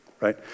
right